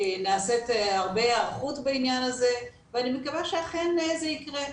נעשית הרבה היערכות בעניין הזה ואני מקווה שאכן זה יקרה.